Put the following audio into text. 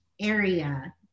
area